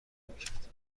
میکرد